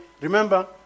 remember